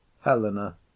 Helena